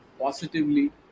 positively